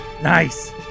Nice